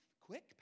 Quick